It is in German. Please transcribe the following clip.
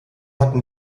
hatten